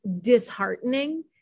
disheartening